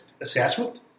assessment